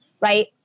right